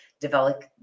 develop